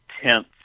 tenth